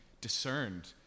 discerned